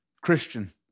Christian